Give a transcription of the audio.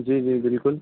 جی جی بالکل